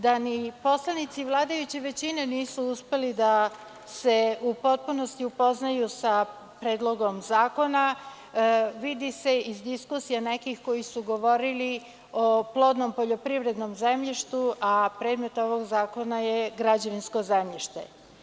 Da ni poslanici vladajuće većine nisu uspeli da se u potpunosti upoznaju sa Predlogom zakona vidi se iz diskusije nekih koji su govorili o plodnom poljoprivrednom zemljištu, a predmet ovog zakona građevinsko zemljište.